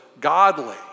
godly